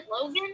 Logan